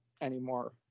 anymore